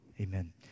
Amen